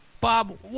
Bob